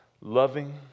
loving